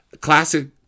classic